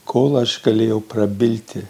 kol aš galėjau prabilti